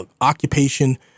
occupation